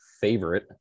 favorite